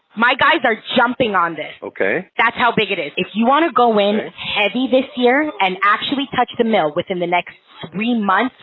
my guys are jumping on this. okay. that's how big it is. if you wanna go in heavy this year, and actually touch the mil within the next three months,